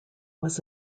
was